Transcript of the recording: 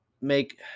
make